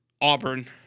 Auburn